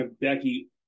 Becky